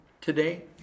today